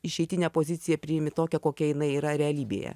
išeitinę poziciją priimi tokią kokia jinai yra realybėje